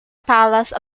palace